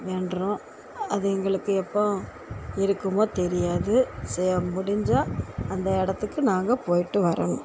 வேண்டுறோம் அது எங்களுக்கு எப்போது இருக்குமோ தெரியாது ச முடிஞ்சால் அந்த எடத்துக்கு நாங்கள் போயிட்டு வரணும்